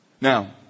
Now